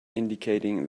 indicating